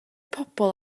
pobl